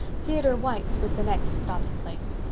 theodore white's was the next stopping place.